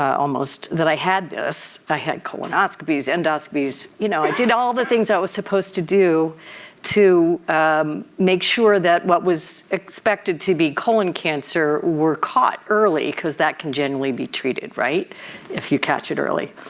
almost, that i had this. i had colonoscopies, endoscopies you know i did all the things i was supposed to do to make sure that what was expected to be colon cancer were caught early because that can genuinely be treated, right if you catch it early.